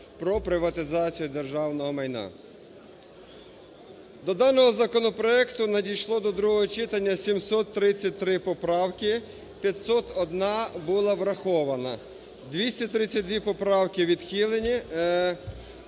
про приватизацію державного майна. До даного законопроекту надійшло до другого читання 733 поправки, 501 була врахована, 232 поправки відхилені.